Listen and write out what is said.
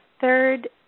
third